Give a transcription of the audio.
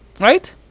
right